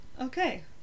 Okay